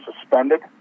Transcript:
suspended